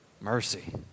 Mercy